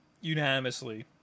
unanimously